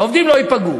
העובדים לא ייפגעו.